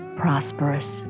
prosperous